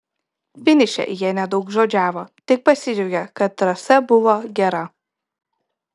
finiše jie nedaugžodžiavo tik pasidžiaugė kad trasa buvo gera